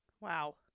Wow